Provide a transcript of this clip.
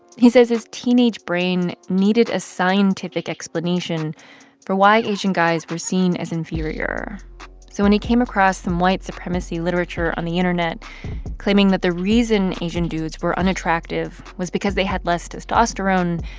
he says his teenage brain needed a scientific explanation for why asian guys were seen as inferior so when he came across some white supremacy literature on the internet claiming that the reason asian dudes were unattractive was because they had less testosterone,